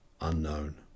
unknown